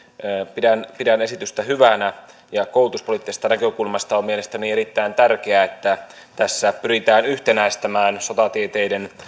pidän pidän esitystä hyvänä ja koulutuspoliittisesta näkökulmasta on mielestäni erittäin tärkeää että tässä pyritään yhtenäistämään sotatieteiden